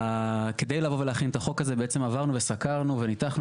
כדי לבוא ולהכין את החוק הזה בעצם עברנו וסקרנו וניתחנו